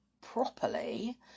properly